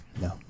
No